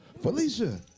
Felicia